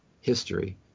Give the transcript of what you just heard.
history